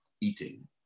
eating